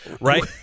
right